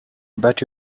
but